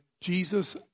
Jesus